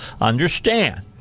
understand